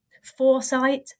foresight